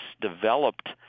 developed